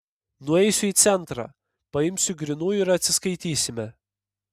nueisiu į centrą paimsiu grynųjų ir atsiskaitysime